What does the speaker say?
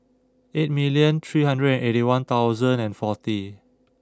eight million three hundred eighty one thousand and forty